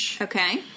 Okay